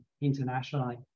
internationally